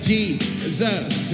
Jesus